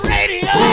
Radio